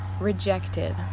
rejected